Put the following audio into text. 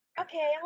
Okay